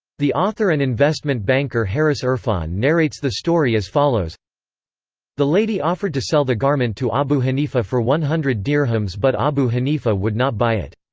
the author and investment banker harris irfan narrates the story as follows the lady offered to sell the garment to abu hanifa for one hundred dirhams but abu hanifa would not buy it.